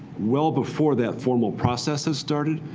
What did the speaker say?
well before that formal process has started,